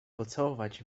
pocałować